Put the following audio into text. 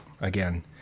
again